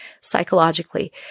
psychologically